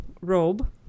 robe